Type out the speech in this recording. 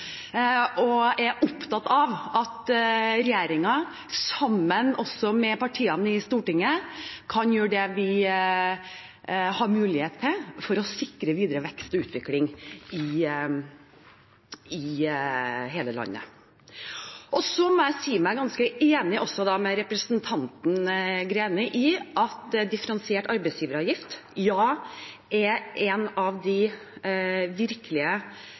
og er opptatt av at regjeringen også sammen med partiene i Stortinget kan gjøre det vi har mulighet til for å sikre videre vekst og utvikling i hele landet. Så må jeg si meg ganske enig med representanten Greni i at differensiert arbeidsgiveravgift er et av de